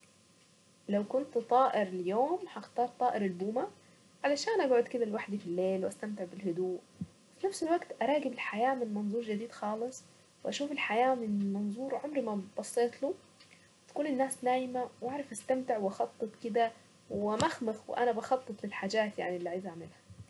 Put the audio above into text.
لو كنت طائر ليوم هختار طائر البومة، علشان اقعد كده لوحدي في الليل واستمتع بالهدوء. في نفس الوقت اراقب الحياة من منظور جديد خالص واشوف الحياة من منظور عمري ما بصيت له. كل الناس نايمة واعرف استمتع واخطط كده وامخمخ وانا بخطط للحاجات يعني اللي عايزة اعملها.